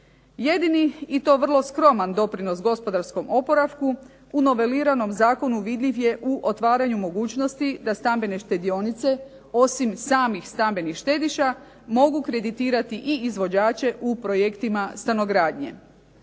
Jedini, i to vrlo skroman doprinos gospodarskom oporavku, u noveliranom zakonu vidljiv je u otvaranju mogućnosti da stambene štedionice osim samih stambenih štediša mogu kreditirati i izvođače u projektima stanogradnje.